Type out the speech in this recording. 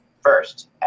first